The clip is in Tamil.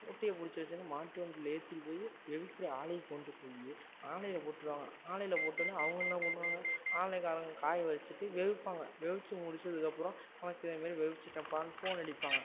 மூட்டையை புடிச்சு வச்சவொடனே மாட்டு வண்டியில் ஏற்றிட்டுப் போயி வேவிக்கிற ஆளையும் கொண்டு போய் ஆலையில் போட்டுருவாங்க ஆலையில் போட்டவொடனே அவங்க என்ன பண்ணுவாங்க ஆலைக்காரங்கள் காய வச்சுட்டு வேவிப்பாங்க வெவிச்சு முடித்ததுக்கப்புறம் உனக்கு இதை மாரி வேவிச்சிட்டப்பான்னு ஃபோன் அடிப்பாங்க